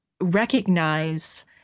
recognize